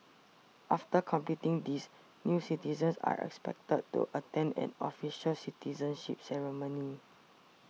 after completing these new citizens are expected to attend an official citizenship ceremony